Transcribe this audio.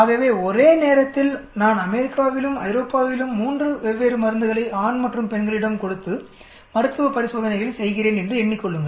ஆகவே ஒரே நேரத்தில் நான் அமெரிக்காவிலும் ஐரோப்பாவிலும் 3 வெவ்வேறு மருந்துகளை ஆண் மற்றும் பெண்களிடம் கொடுத்து மருத்துவ பரிசோதனைகளை செய்கிறேன் என்று எண்ணிக்கொள்ளுங்கள்